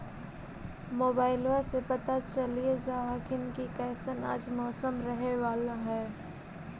मोबाईलबा से पता चलिये जा हखिन की कैसन आज मौसम रहे बाला है?